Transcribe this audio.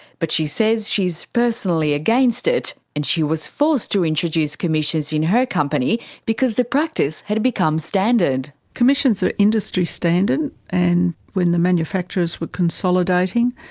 but she says she's personally against it, and she was forced to introduce commissions in her company because the practice had become standard. commissions are industry standard and when the manufacturers were consolidating,